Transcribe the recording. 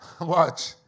watch